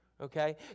Okay